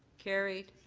carried.